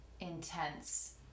intense